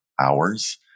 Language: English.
hours